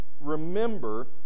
remember